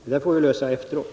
Vi får lösa detta efteråt.